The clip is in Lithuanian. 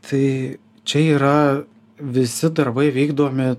tai čia yra visi darbai vykdomi